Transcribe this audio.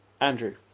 Andrew